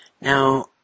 Now